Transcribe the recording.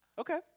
Okay